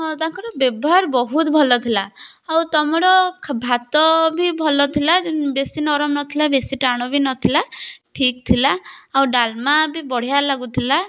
ହଁ ତାଙ୍କର ବ୍ୟବହାର ବହୁତ ଭଲ ଥିଲା ଆଉ ତମର ଖ ଭାତ ବି ଭଲ ଥିଲା ବେଶୀ ନରମ ନଥିଲା ବେଶୀ ଟାଣ ବି ନଥିଲା ଠିକ୍ ଥିଲା ଆଉ ଡାଲମା ବି ବଢ଼ିଆ ଲାଗୁଥିଲା